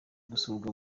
gusurwa